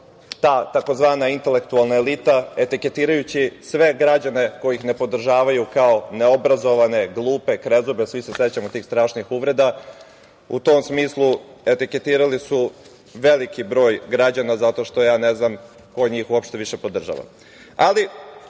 kao ta tzv. intelektualna elita, etiketirajući sve građane koji ih ne podržavaju kao neobrazovane, glupe, krezube. Svi se sećamo tih strašnih uvreda. U tom smislu etiketirali su veliki broj građana zato što je ne znam ko njih više uopšte podržava. Želim